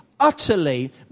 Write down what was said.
utterly